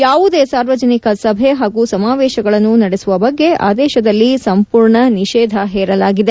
ಯಾವುದೇ ಸಾರ್ವಜನಿಕ ಸಭೆ ಹಾಗೂ ಸಮಾವೇಶಗಳನ್ನು ನಡೆಸುವ ಬಗ್ಗೆ ಆದೇಶದಲ್ಲಿ ಸಂಪೂರ್ಣ ನಿಷೇಧ ಹೇರಲಾಗಿದೆ